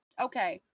okay